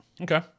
Okay